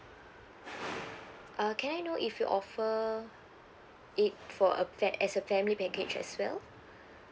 uh can I know if you offer it for a pla~ as a family package as well